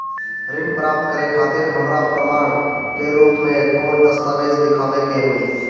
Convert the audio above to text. ऋण प्राप्त करे खातिर हमरा प्रमाण के रूप में कौन दस्तावेज़ दिखावे के होई?